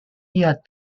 had